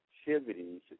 activities